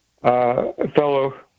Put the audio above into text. fellow